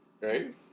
Right